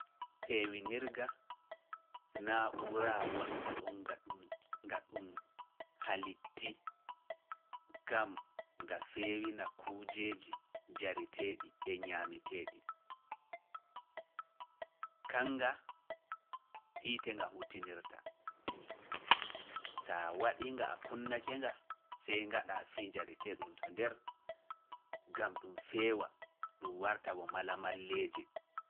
Peewinirga ina uuraa wonta ɗum ga ɗum halittii, gam nga feewina kujeeji jariteeɗi e ñaameteeɗi nga a kunnake nga, sey ngaɗa fii njaritee ɗum to nder, gam ɗum feewa, ɗum warta bo malamalleeje.